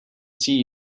see